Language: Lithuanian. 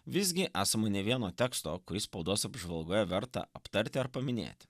visgi esama ne vieno teksto kuris spaudos apžvalgoje verta aptarti ar paminėti